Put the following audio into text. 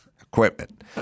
equipment